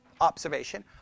observation